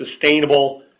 sustainable